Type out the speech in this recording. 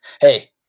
hey